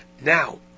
Now